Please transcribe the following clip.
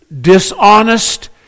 dishonest